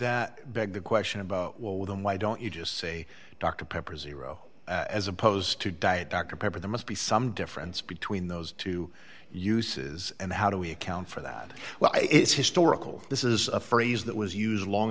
that beg the question about well with them why don't you just say dr pepper zero as opposed to diet dr pepper there must be some difference between those two uses and how do we account for that well it's historical this is a phrase that was used as long